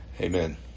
Amen